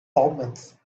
omens